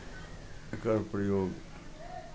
एकर प्रयोग